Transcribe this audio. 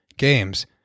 Games